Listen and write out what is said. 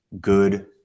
good